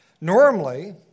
Normally